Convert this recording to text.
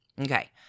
Okay